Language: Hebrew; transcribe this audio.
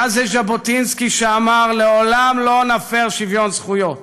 היה זה ז'בוטינסקי שאמר: "לעולם לא נפר שוויון זכויות".